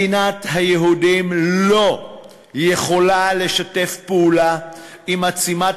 מדינת היהודים לא יכולה לשתף פעולה עם עצימת